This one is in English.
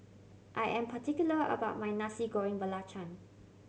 I am particular about my Nasi Goreng Belacan